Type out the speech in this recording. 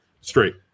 straight